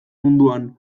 munduan